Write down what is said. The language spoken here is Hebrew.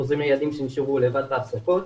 עוזרים לילדים שנשארו לבד בהפסקות,